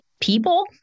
people